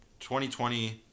2020